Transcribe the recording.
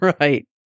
Right